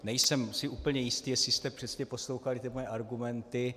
Nejsem si úplně jist, jestli jste přesně poslouchali mé argumenty.